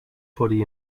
body